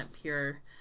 pure